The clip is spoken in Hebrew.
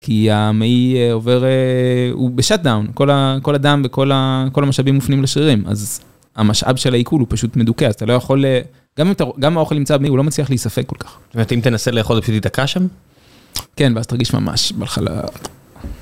כי המעי עובר, הוא בשאט דאון, כל הדם וכל המשאבים מופנים לשרירים, אז המשאב של העיכול הוא פשוט מדוכא, אז אתה לא יכול... גם, גם אם האוכל נמצא במעי, הוא לא מצליח להספק כל כך. זאת אומרת, אם תנסה לאכול, זה פשוט ייתקע שם? כן, ואז תרגיש ממש בחללה.